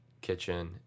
kitchen